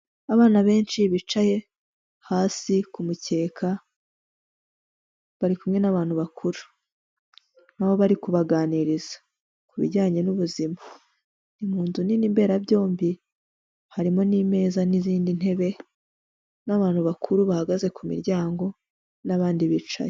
Abana benshi bicaye hasi ku mukeka bari kumwe n'abantu bakuru na bo bari kubaganiriza ku bijyanye n'ubuzima, ni mu nzu nini mbera byombi harimo n'imeza n'izindi ntebe n'abantu bakuru bahagaze ku miryango n'abandi bicaye.